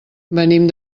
venim